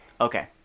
okay